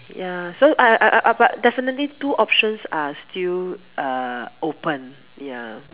ya so I I I I but definitely two options are still uh open ya mm